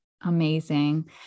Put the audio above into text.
Amazing